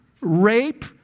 rape